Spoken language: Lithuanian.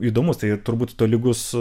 įdomus tai turbūt tolygus